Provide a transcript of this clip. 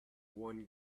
one